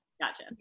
Gotcha